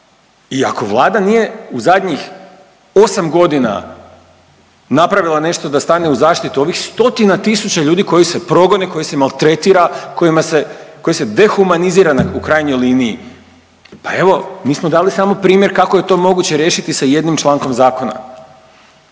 i ako Vlada nije u zadnjih osam godina napravila nešto da stane u zaštitu ovih stotina tisuća ljudi koji se progone, koje se maltretira, kojima se, koji se dehumanizira u krajnjoj liniji, pa evo mi smo dali samo primjer kako je to moguće riješiti sa jednim člankom zakona.